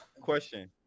question